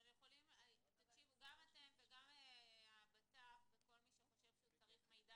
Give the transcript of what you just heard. גם אתם וגם הבט"פ וכל מי שחושב שהוא צריך מידע